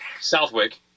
Southwick